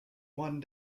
one